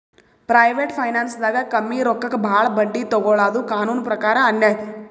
private ಫೈನಾನ್ಸ್ದಾಗ್ ಕಮ್ಮಿ ರೊಕ್ಕಕ್ ಭಾಳ್ ಬಡ್ಡಿ ತೊಗೋಳಾದು ಕಾನೂನ್ ಪ್ರಕಾರ್ ಅನ್ಯಾಯ್